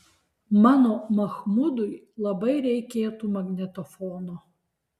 mano machmudui labai reikėtų magnetofono